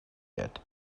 yet